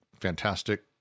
fantastic